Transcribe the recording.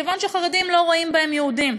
מכיוון שהחרדים לא רואים בהם יהודים.